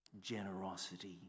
generosity